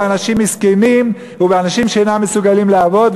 באנשים מסכנים ובאנשים שאינם מסוגלים לעבוד,